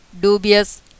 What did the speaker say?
dubious